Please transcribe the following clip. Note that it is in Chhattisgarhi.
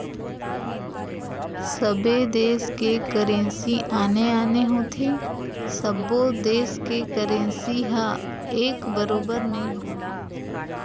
सबे देस के करेंसी आने आने होथे सब्बो देस के करेंसी ह एक बरोबर नइ होवय